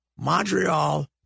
Montreal